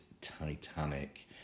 Titanic